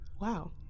Wow